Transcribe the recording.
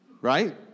right